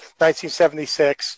1976